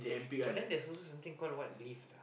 but then there's something called what Lyft ah